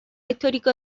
histórico